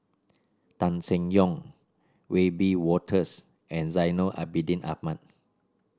Tan Seng Yong Wiebe Wolters and Zainal Abidin Ahmad